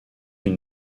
une